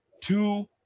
two